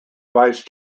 vice